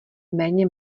méně